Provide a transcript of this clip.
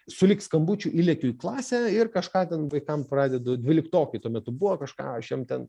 sulig skambučiu įlekiu į klasę ir kažką ten vaikam pradedu dvyliktokai tuo metu buvo kažką aš jiem ten